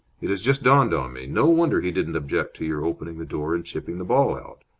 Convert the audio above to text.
it has just dawned on me. no wonder he didn't object to your opening the door and chipping the ball out.